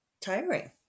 tiring